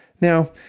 Now